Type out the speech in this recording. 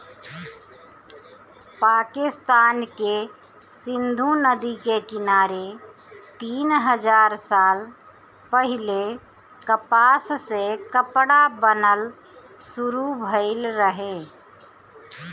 पाकिस्तान के सिंधु नदी के किनारे तीन हजार साल पहिले कपास से कपड़ा बनल शुरू भइल रहे